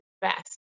best